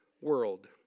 world